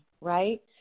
right